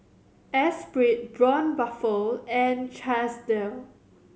Esprit Braun Buffel and Chesdale